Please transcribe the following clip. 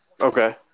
Okay